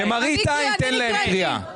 למראית עין תן להם קריאה.